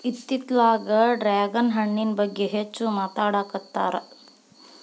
ಇತ್ತಿತ್ತಲಾಗ ಡ್ರ್ಯಾಗನ್ ಹಣ್ಣಿನ ಬಗ್ಗೆ ಹೆಚ್ಚು ಮಾತಾಡಾಕತ್ತಾರ